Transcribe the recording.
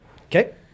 Okay